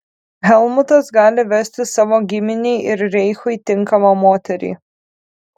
helmutas gali vesti savo giminei ir reichui tinkamą moterį